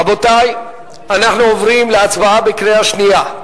רבותי, אנחנו עוברים להצבעה בקריאה שנייה.